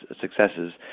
successes